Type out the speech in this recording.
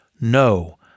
No